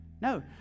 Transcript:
No